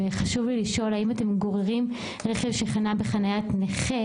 חשוב לשאול האם אתם גוררים רכב שחנה בחניית נכה